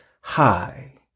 Hi